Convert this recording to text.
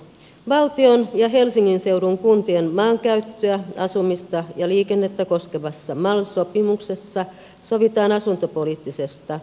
valtion ja helsingin seudun kuntien maankäyttöä asumista ja liikennettä koskevassa mal sopimuksessa sovitaan asuntopoliittisesta ohjelmasta